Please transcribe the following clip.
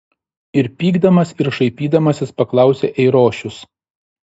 ir pykdamas ir šaipydamasis paklausė eirošius